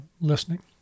listening